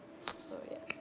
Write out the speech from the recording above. so ya